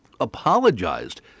apologized